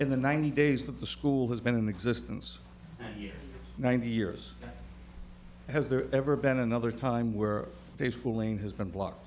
in the ninety days that the school has been in the existence ninety years has there ever been another time were they fooling has been blocked